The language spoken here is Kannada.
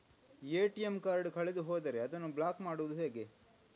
ಎ.ಟಿ.ಎಂ ಕಾರ್ಡ್ ಕಳೆದು ಹೋದರೆ ಅದನ್ನು ಬ್ಲಾಕ್ ಮಾಡುವುದು ಹೇಗೆ?